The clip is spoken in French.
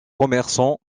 commerçants